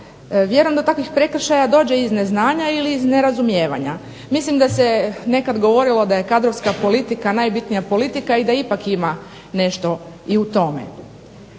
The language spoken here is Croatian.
Vjerujem da do takvih prekršaja dođe iz neznanja ili iz nerazumijevanja. Mislim da se nekad govorilo da je kadrovska politika najbitnija politika i da ipak ima nešto i u tome.